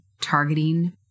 targeting